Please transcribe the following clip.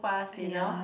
ya